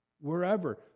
wherever